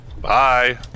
Bye